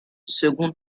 seconde